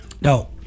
No